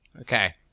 okay